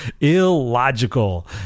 illogical